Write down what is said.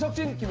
didn't